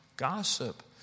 gossip